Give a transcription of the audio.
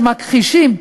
שמכחישים,